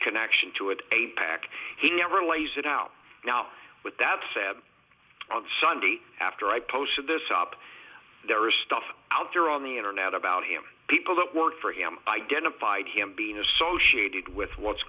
connection to it a back he never lays it out now with that sab on sunday after i posted this op there is stuff out there on the internet about him people that work for him identified him being associated with what's